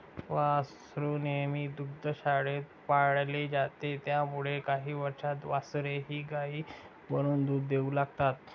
वासरू नेहमी दुग्धशाळेत पाळले जातात त्यामुळे काही वर्षांत वासरेही गायी बनून दूध देऊ लागतात